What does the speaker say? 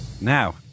Now